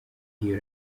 iyo